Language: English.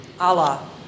Allah